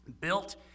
Built